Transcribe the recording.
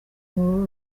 muri